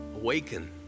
awaken